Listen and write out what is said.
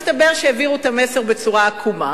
מסתבר שהעבירו את המסר בצורה עקומה,